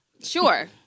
Sure